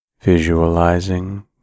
Visualizing